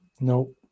Nope